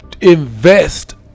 invest